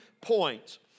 points